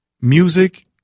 music